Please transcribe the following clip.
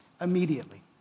immediately